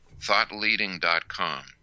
thoughtleading.com